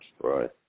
right